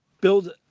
build